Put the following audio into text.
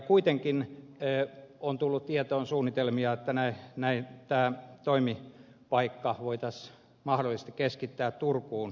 kuitenkin on tullut tietoon suunnitelmia että tämä toimipaikka voitaisiin mahdollisesti keskittää turkuun